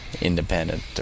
independent